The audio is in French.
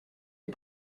les